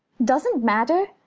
doesn't matter?